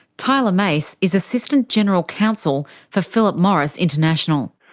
tyler mace is assistant general counsel for philip morris international.